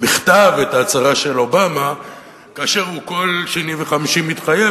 את ההצהרה של אובמה כאשר הוא כל שני וחמישי מתחייב